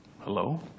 Hello